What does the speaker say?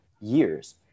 years